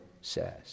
says